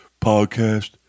podcast